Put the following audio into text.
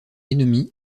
ennemi